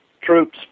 troops